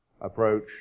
approach